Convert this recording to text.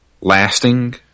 lasting